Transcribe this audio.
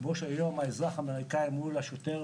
כמו שהיום האזרח האמריקאי מול השוטר